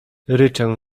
ryczę